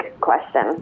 question